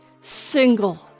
single